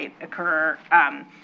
occur